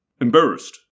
embarrassed